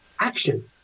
action